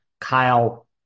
Kyle